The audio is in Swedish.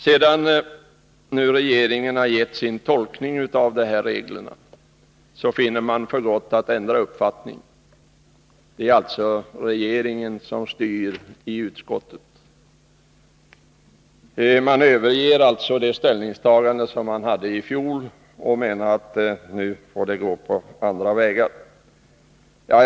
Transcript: Sedan nu regeringen har givit sin tolkning av reglerna finner utskottsmajoriteten för gott att ändra uppfattning. Det är alltså regeringen som styr i utskottet. Man överger sitt ställningstagande från i fjol och menar nu att andra vägar får beträdas.